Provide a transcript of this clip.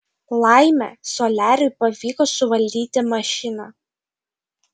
laimė soliariui pavyko suvaldyti mašiną